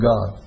God